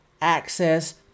access